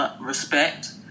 respect